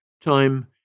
Time